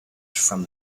from